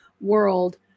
world